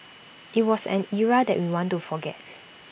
IT was an era that we want to forget